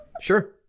Sure